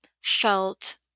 felt